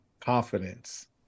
confidence